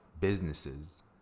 businesses